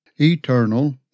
eternal